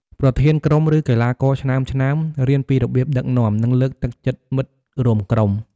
ប្រធានក្រុម ឬកីឡាករឆ្នើមៗ រៀនពីរបៀបដឹកនាំ និងលើកទឹកចិត្តមិត្តរួមក្រុម។